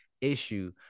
issue